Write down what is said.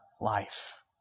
life